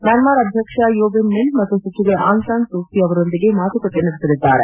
ಮ್ಲಾನ್ಸ್ ಅಧ್ಯಕ್ಷ U Win Myint ಮತ್ತು ಸಚಿವೆ ಆಂಗ್ ಸಾನ್ ಸೂ ಕಿ ಅವರೊಂದಿಗೆ ಮಾತುಕತೆ ನಡೆಸಲಿದ್ದಾರೆ